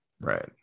right